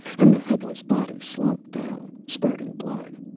and the headless body slumped down, spurting blood.